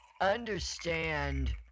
understand